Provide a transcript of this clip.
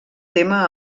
tema